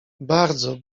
bardzo